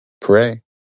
pray